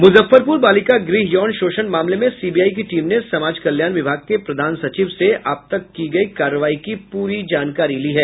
मुजफ्फरपुर बालिका गृह यौन शोषण मामले में सीबीआई की टीम ने समाज कल्याण विभाग के प्रधान सचिव से अब तक की गयी कार्रवाई की पूरी जानकारी ली है